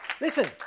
Listen